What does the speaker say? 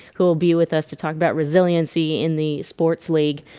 who will be with us to talk about resiliency in the sports league?